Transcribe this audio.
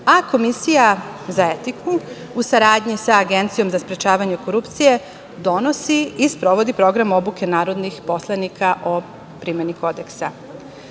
a komisija za etiku, u saradnji sa Agencijom za sprečavanje korupcije, donosi i sprovodi program obuke narodnih poslanika o primeni